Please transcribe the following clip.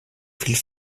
viel